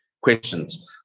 questions